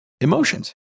emotions